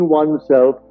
oneself